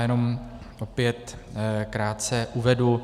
Jenom opět krátce uvedu.